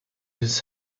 his